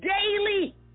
daily